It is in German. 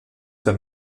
für